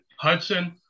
Hudson